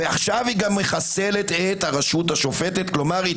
אחרת ------- אבל חבר הכנסת רוטמן,